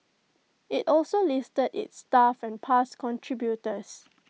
IT also listed its staff and past contributors